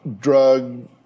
drug